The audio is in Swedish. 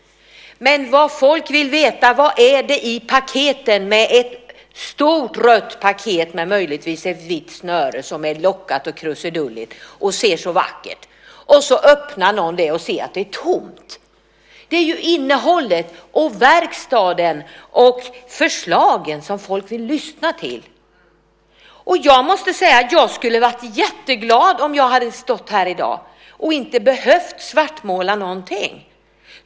Folk vill veta vad det är i det stora röda paketet med vita snören som är lockat och krusidulligt och ser så vackert ut. Någon öppnar det och ser att det är tomt. Det är ju innehållet, verkstaden och förslagen som folk vill lyssna till. Jag hade varit väldigt glad om jag hade stått här i dag och inte behövt svartmåla någonting.